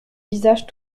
visage